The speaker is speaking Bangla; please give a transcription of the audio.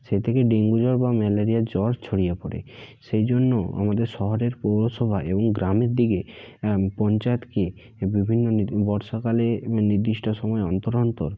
সেই থেকে ডেঙ্গু জ্বর বা ম্যালেরিয়ার জ্বর ছড়িয়ে পড়ে সেই জন্য আমাদের শহরের পৌরসভায় এবং গ্রামের দিকে পঞ্চায়েতকে বিভিন্ন মানে বর্ষাকালে ন নির্দিষ্ট সময় অন্তর অন্তর